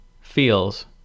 feels